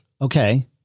okay